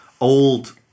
old